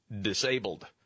disabled